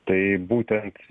tai būtent